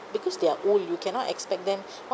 because they are old you cannot expect them what